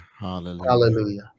Hallelujah